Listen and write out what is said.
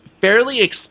Fairly